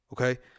Okay